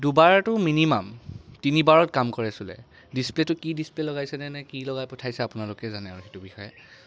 দুবাৰটো minimum তিনিবাৰত কাম কৰে চুলে ডিছপ্লে'টো কি ডিছপ্লে' লগাইছেনে কি লগাই পঠাইছে আপোনালোকে জানে আৰু সেইটোৰ বিষয়ে